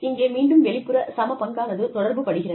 இங்கே மீண்டும் வெளிப்புற சமபங்கானது தொடர்பு படுகிறது